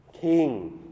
king